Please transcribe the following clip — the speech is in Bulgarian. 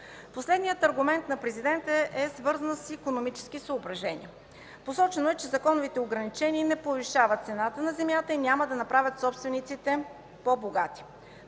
Последният аргумент на Президента е свързан с икономически съображения. Посочено е, че законовите ограничения не повишават цената на земята и няма да направят собствениците по-богати.